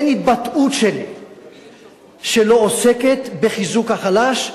אין התבטאות שלי שלא עוסקת בחיזוק החלש.